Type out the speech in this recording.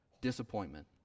disappointment